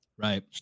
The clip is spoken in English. right